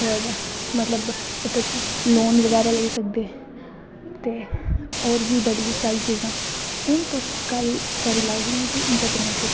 और मतलव इत्त च लोन बगैरा लेई सकदे तोे होर बी बड़ी सारी चीजां हून तुस गल्ल करी लैओ कि इंट्रप्रनेयोरशिप दी